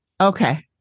Okay